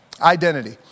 Identity